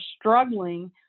struggling